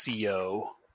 co